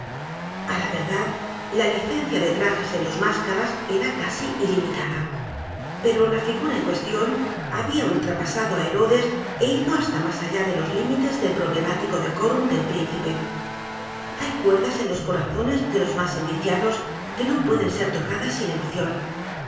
a la verdad la licencia de trajes en los máscaras era casi ilimitada pero la figura en cuestión había ultrapasado á herodes é ido hasta más allá de los límites del problemático decorum del príncipe hay cuerdas en los corazones de los más enviciados que no pueden ser tocadas sin emoción